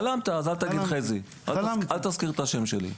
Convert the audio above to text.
חלמת, אז אל תגיד "חזי", אל תזכיר את השם שלי.